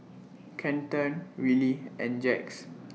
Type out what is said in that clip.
Kenton Willie and Jax